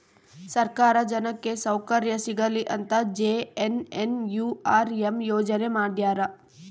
ಸರ್ಕಾರ ಜನಕ್ಕೆ ಸೌಕರ್ಯ ಸಿಗಲಿ ಅಂತ ಜೆ.ಎನ್.ಎನ್.ಯು.ಆರ್.ಎಂ ಯೋಜನೆ ಮಾಡ್ಯಾರ